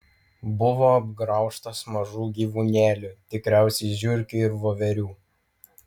buvo apgraužtas mažų gyvūnėlių tikriausiai žiurkių ir voverių